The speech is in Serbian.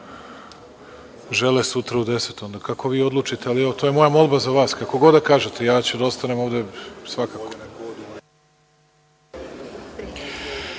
žele sutra u deset, kako vi odlučite, to je moja molba, ali kako god da kažete, ostaću ovde svakako.